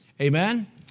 Amen